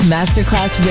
Masterclass